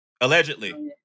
allegedly